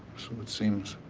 so it seems.